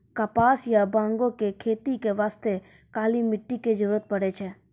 कपास या बांगो के खेती बास्तॅ काली मिट्टी के जरूरत पड़ै छै